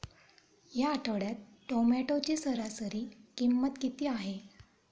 या आठवड्यात टोमॅटोची सरासरी किंमत किती आहे?